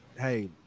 hey